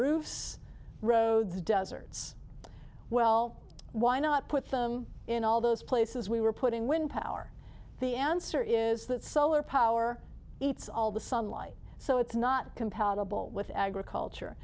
roofs roads deserts well why not put them in all those places we were putting wind power the answer is that solar power eats all the sunlight so it's not compatible with agriculture